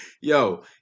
yo